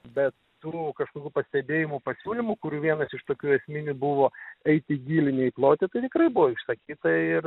bet tų kažkokių pastebėjimų pasiūlymų kur vienas iš tokių esminių buvo eiti į gylį ne į plotį tai tikrai buvo išsakyta ir